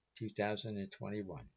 2021